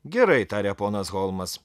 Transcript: gerai tarė ponas holmas